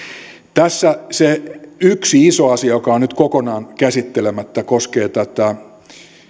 tässä se yksi iso asia joka on nyt kokonaan käsittelemättä koskee tätä